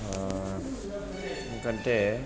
ఎందుకంటే